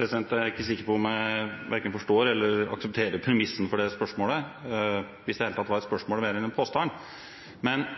Jeg er ikke sikker på om jeg verken forstår eller aksepterer premissen for det spørsmålet, hvis det i det hele tatt var et spørsmål, men heller en påstand.